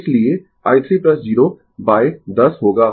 इसलिए i 3 0 by 10 होगा